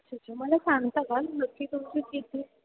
अच्छा अच्छा मला सांगता का नक्की तुमची स्थिती